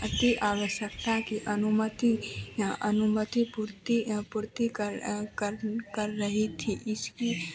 अति आवश्यकता की अनुमति या अनुमति पुर्ति यह पूर्ति कर कर कर रही थी इसकी